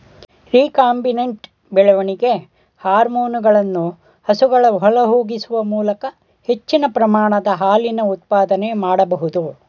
recombinant ಬೆಳವಣಿಗೆ ಹಾರ್ಮೋನುಗಳನ್ನು ಹಸುಗಳ ಒಳಹೊಗಿಸುವ ಮೂಲಕ ಹೆಚ್ಚಿನ ಪ್ರಮಾಣದ ಹಾಲಿನ ಉತ್ಪಾದನೆ ಮಾಡ್ಬೋದು